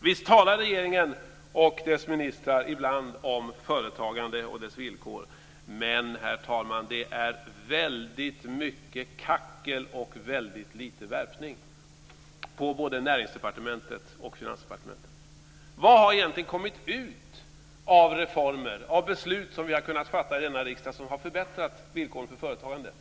Visst talar regeringen och dess ministrar ibland om företagandet och dess villkor, men, herr talman, det är väldigt mycket kackel och väldigt lite värpning på både Näringsdepartementet och Finansdepartementet. Vad har egentligen kommit ut av reformer och beslut som vi har kunnat fatta här i riksdagen som har förbättrat villkoren för företagandet?